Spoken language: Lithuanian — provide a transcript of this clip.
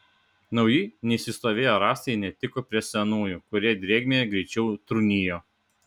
nauji neišsistovėję rąstai netiko prie senųjų kurie drėgmėje greičiau trūnijo